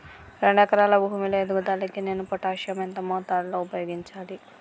రెండు ఎకరాల భూమి లో ఎదుగుదలకి నేను పొటాషియం ఎంత మోతాదు లో ఉపయోగించాలి?